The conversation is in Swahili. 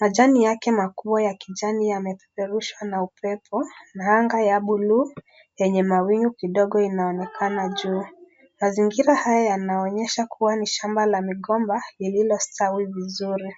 Majani yake makubwa ya kijani yamepeperushwa na upepo na anga ya buluu yenye mawingu kidogo inaonekana juu. Mazingira haya yanaonyesha kuwa ni shamba la migomba lililostawi vizuri.